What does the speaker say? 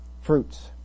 fruits